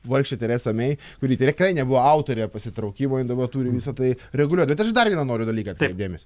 vargšė teresa mei kuri tikrai nebuvo autorė pasitraukimo ji dabar turi visą tai reguliuoti bet aš dar į vieną noriu dalyką atkreipt dėmesį